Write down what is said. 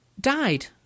died